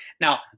Now